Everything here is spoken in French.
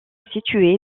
situé